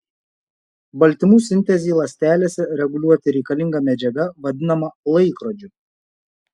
baltymų sintezei ląstelėse reguliuoti reikalinga medžiaga vadinama laikrodžiu